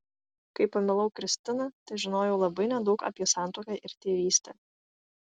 kai pamilau kristiną težinojau labai nedaug apie santuoką ir tėvystę